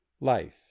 Life